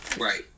right